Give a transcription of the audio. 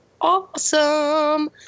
awesome